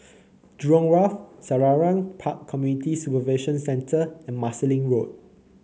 Jurong Wharf Selarang Park Community Supervision Centre and Marsiling Road